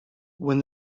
when